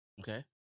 Okay